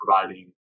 providing